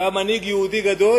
הוא היה מנהיג יהודי גדול,